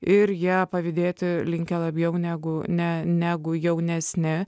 ir jie pavydėti linkę labiau negu ne negu jaunesni